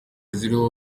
ziriho